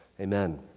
Amen